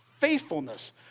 faithfulness